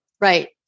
Right